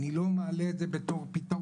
אני לא מעלה את זה בתור פתרון,